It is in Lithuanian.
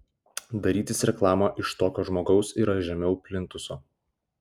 darytis reklamą iš tokio žmogaus yra žemiau plintuso